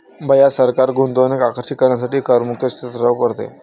भैया सरकार गुंतवणूक आकर्षित करण्यासाठी करमुक्त क्षेत्र लागू करते